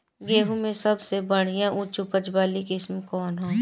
गेहूं में सबसे बढ़िया उच्च उपज वाली किस्म कौन ह?